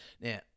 Now